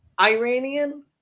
Iranian